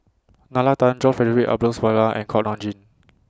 Nalla Tan John Frederick Adolphus Mcnair and Kuak Nam Jin